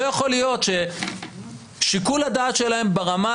לא יכול להיות ששיקול הדעת שלהם ברמה